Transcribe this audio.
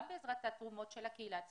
גם בעזרת התרומות של הקהילה עצמה,